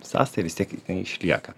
sąsaja vis tiek ten išlieka